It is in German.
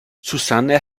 susanne